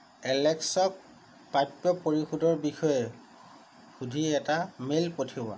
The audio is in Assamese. এলেক্সক প্ৰাপ্য পৰিশোধৰ বিষয়ে সুধি এটা মেইল পঠিওৱা